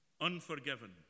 unforgiven